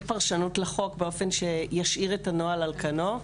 פרשנות לחוק באופן שישאיר את הנוהל על כנו.